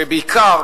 ובעיקר,